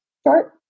Start